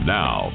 now